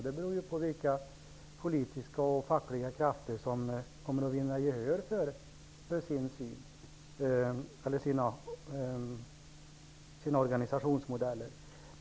Det beror på vilka politiska och fackliga krafter som kommer att vinna gehör för sin syn eller sin organisationsmodell.